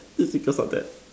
just because of that